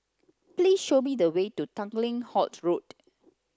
please show me the way to Tanglin Halt Road